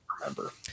remember